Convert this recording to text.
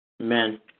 Amen